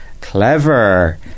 clever